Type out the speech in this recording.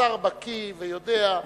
השר בקי ויודע,